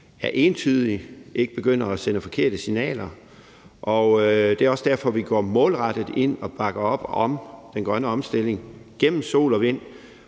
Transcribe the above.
være entydige og ikke begynde at sende forkerte signaler. Det er også derfor, vi går målrettet ind og bakker op om, at den grønne omstilling skal ved